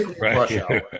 right